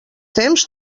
temps